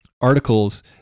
articles